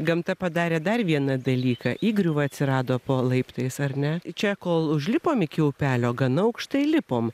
gamta padarė dar vieną dalyką įgriuva atsirado po laiptais ar ne čia kol užlipom iki upelio gana aukštai lipom